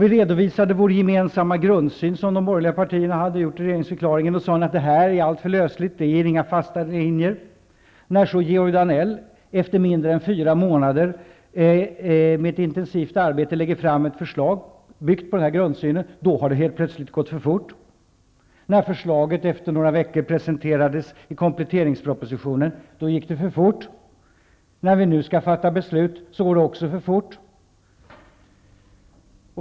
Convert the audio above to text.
Vi redovisade vår gemensamma grundsyn, som de borgerliga partierna hade lagt fast i regeringsförklaringen, och då sade ni att den var alltför löslig, att den inte gav några fasta linjer. När så Georg Danell, efter mindre än fyra månaders intensivt arbete, lade fram ett förslag, byggt på den grundsynen, hade det plötsligt gått för fort. När förslaget efter några veckor presenterades i kompletteringspropositionen gick det för fort. När vi nu skall fatta beslut går det också för fort.